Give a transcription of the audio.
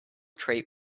trait